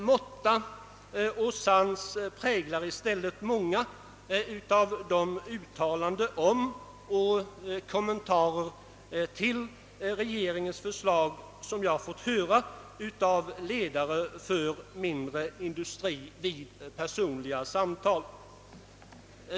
Måtta och sans präglar i stället många av de uttalanden om och kommentarer till regeringens förslag som jag har fått höra av ledare för mindre industrier i personliga samtal.